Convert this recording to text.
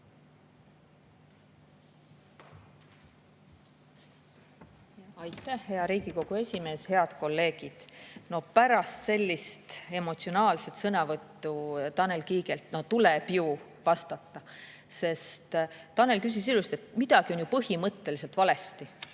Aitäh, hea Riigikogu esimees! Head kolleegid! No pärast sellist emotsionaalset sõnavõttu Tanel Kiigelt tuleb ju vastata, sest Tanel küsis ilusti selle kohta, et midagi on ju põhimõtteliselt valesti,